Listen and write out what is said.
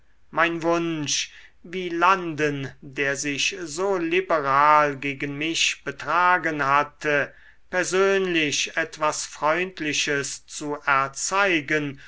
mein wunsch wielanden der sich so liberal gegen mich betragen hatte persönlich etwas freundliches zu erzeigen